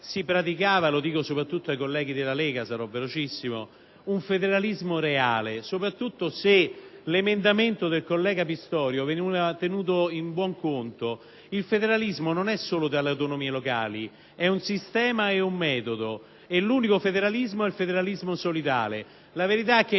dico rivolgendomi soprattutto ai colleghi della Lega - un federalismo reale, soprattutto se l'emendamento del collega Pistorio fosse stato tenuto in buon conto. Il federalismo non è solo dato dalle autonomie locali: è un sistema e un metodo e l'unico federalismo è il federalismo solidale. La verità è che